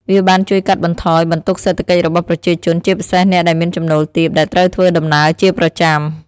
វាបានជួយកាត់បន្ថយបន្ទុកសេដ្ឋកិច្ចរបស់ប្រជាជន ជាពិសេសអ្នកដែលមានចំណូលទាបដែលត្រូវធ្វើដំណើរជាប្រចាំ។